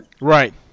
Right